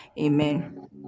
amen